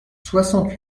soixante